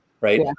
right